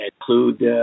include